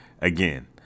again